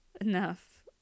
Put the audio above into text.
enough